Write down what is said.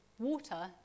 water